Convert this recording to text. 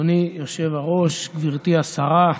אדוני היושב-ראש, גברתי השרה,